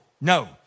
no